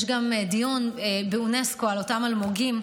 יש גם דיון באונסק"ו על אותם אלמוגים.